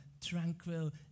tranquil